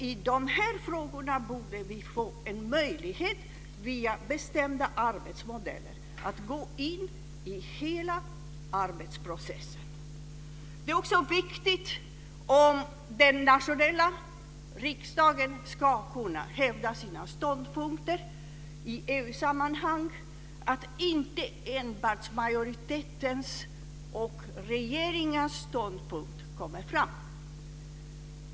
I de frågorna borde vi få en möjlighet att via bestämda arbetsmodeller gå in i hela arbetsprocessen. Om den nationella riksdagen ska kunna hävda sina ståndpunkter i EU-sammanhang är det viktigt att inte endast majoritetens och regeringens ståndpunkt kommer fram.